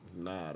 nah